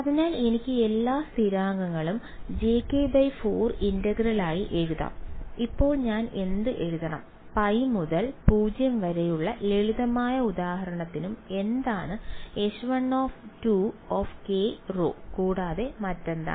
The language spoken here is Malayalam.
അതിനാൽ എനിക്ക് എല്ലാ സ്ഥിരാങ്കങ്ങളും jk4 ഇന്റഗ്രൽ ആയി എഴുതാം ഇപ്പോൾ ഞാൻ എന്ത് എഴുതണം π മുതൽ 0 വരെയുള്ള ലളിതമായ ഉദാഹരണത്തിലും എന്താണ് H1kρ കൂടാതെ മറ്റെന്താണ്